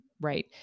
right